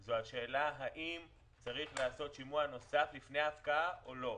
זה השאלה האם צריך לעשות שימוע נוסף לפני הפקעה או לא.